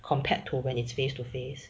compared to when its face to face